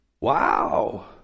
Wow